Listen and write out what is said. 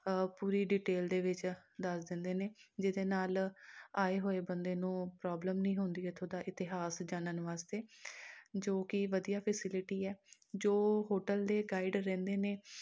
ਪੂਰੀ detail ਦੇ ਵਿੱਚ ਦੱਸ ਦਿੰਦੇ ਨੇ ਜਿਹਦੇ ਨਾਲ ਆਏ ਹੋਏ ਬੰਦੇ ਨੂੰ ਪ੍ਰੋਬਲਮ ਨਹੀਂ ਹੁੰਦੀ ਇੱਥੋਂ ਦਾ ਇਤਿਹਾਸ ਜਾਣਨ ਵਾਸਤੇ ਜੋ ਕਿ ਵਧੀਆ ਫੈਸੇਲਿਟੀ ਆ ਜੋ ਹੋਟਲ ਦੇ ਗਾਈਡ ਰਹਿੰਦੇ ਨੇ